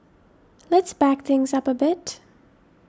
let's back things up a bit